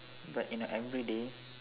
but in everyday